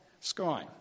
sky